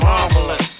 Marvelous